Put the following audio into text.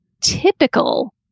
typical